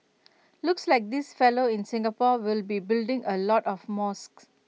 looks like this fellow in Singapore will be building A lot of mosques